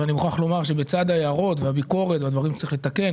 בצד ההערות והביקורת והדברים שצריך לתקן,